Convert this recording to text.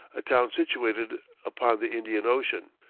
a town situated upon the indian ocean.